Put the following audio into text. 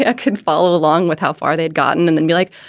ah could follow along with how far they'd gotten and then be like,